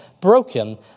broken